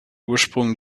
ursprung